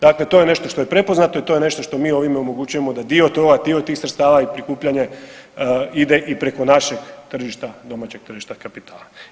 Dakle to je nešto što je prepoznato i to je nešto što mi ovime omogućujemo da dio toga, dio tih sredstava i prikupljanje ide i preko našeg tržišta, domaćeg tržišta kapitala.